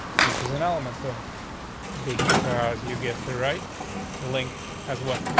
which is an element selector because you guessed the right link as what?